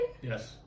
Yes